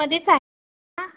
कधीसा आहे